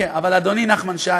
אבל אדוני, נחמן שי,